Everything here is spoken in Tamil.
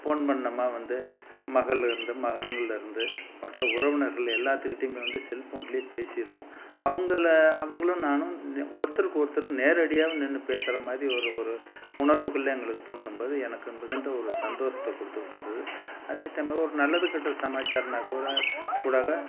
போன் பண்ணோமா வந்து மகளேருந்து மகன்கள்லேருந்து மற்ற உறவினர்கள் எல்லாத்துக்கிட்டேயுமே வந்து செல்போனில் பேசிடுவோம் அவங்கள அவங்களும் நானும் நெ ஒருத்தருக்கு ஒருத்தர் நேரடியாக நின்று பேசுகிற மாதிரி ஒரு ஒரு உணர்வுகள் எங்களுக்குத் தோணும் போது எனக்கு மிகுந்த ஒரு சந்தோஷத்த கொடுத்துக்கிட்டு இருந்தது அதே டைமில் ஒரு நல்லது கெட்டது சமாச்சாரம்னால் கூட கூடாக்க